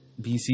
BC